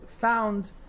found